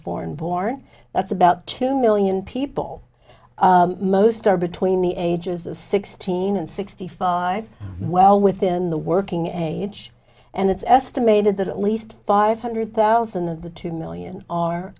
foreign born that's about two million people most are between the ages of sixteen and sixty five well within the working age and it's estimated that at least five hundred thousand of the two million are